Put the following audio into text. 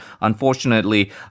unfortunately